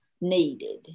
needed